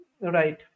Right